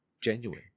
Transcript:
genuine